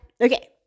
okay